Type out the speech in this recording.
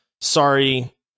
Sorry